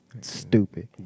stupid